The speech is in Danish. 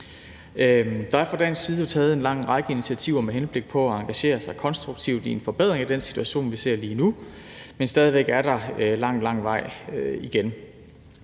Der er jo fra dansk side taget en lang række initiativer med henblik på at engagere sig konstruktivt i en forbedring af den situation, vi ser lige nu, men stadig væk er der lang, lang vej igen.